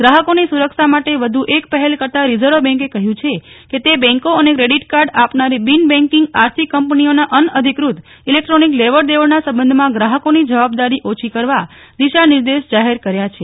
ગ્રાહકોની સુરક્ષા માટે વધુ એક પહેલ કરતા રિઝર્વ બેંકે કહ્યું છે કે તે બેંકો અને ક્રેડિટ કાર્ડ આપનારી બિન બેકીંગ આર્થિક કંપનીઓના અનઅધિકૃત ઈલેકટ્રોનિક લેવડ દેવડના સંબંધમાં ગ્રાહકોની જવાબદારી ઓછી કરવા દિશા નિર્દેશ જાહેર કર્યો છે